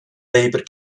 label